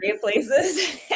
places